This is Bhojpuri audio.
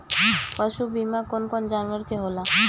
पशु बीमा कौन कौन जानवर के होला?